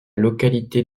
localité